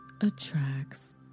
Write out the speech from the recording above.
attracts